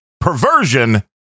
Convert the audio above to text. Perversion